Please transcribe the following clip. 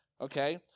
Okay